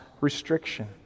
restriction